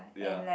ya